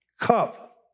Cup